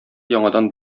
яңадан